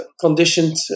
conditioned